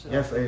Yes